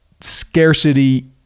scarcity